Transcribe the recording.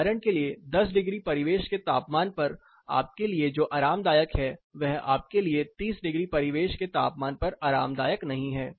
उदाहरण के लिए 10 डिग्री परिवेश के तापमान पर आपके लिए जो आरामदायक है वह आपके लिए 30 डिग्री परिवेश के तापमान पर आरामदायक नहीं है